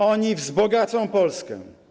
Oni wzbogacą Polskę.